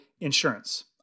insurance